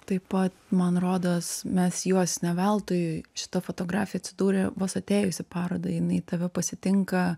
taip pat man rodos mes juos ne veltui šito fotografija atsidūrė vos atėjusi parodai jinai tave pasitinka